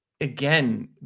Again